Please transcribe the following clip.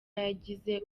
yagize